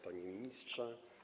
Panie Ministrze!